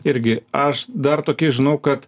irgi aš dar tokį žinau kad